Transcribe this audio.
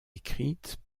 écrite